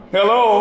Hello